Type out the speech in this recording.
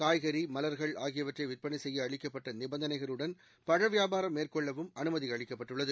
காய்கறி மலர்கள் ஆகியவற்றைவிற்பளைசெய்யஅளிக்கப்பட்டநிபந்தளைகளுடன் பழவியாபாரம் மேற்கொள்ளவும் அனுமதிஅளிக்கப்பட்டுள்ளது